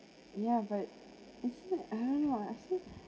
yeah but is it ah I see